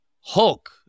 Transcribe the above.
Hulk